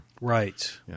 Right